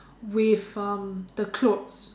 with um the clothes